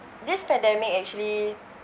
this pandemic actually